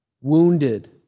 Wounded